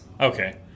Okay